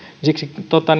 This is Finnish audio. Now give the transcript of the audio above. siksi